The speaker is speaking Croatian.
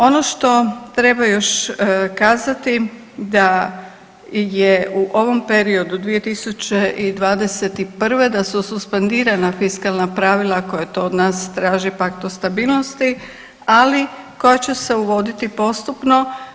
Ono što treba još kazati da je u ovom periodu 2021. da su suspendirana fiskalna pravila koja to od nas traži Pakt o stabilnosti, ali koja će se uvoditi postupno.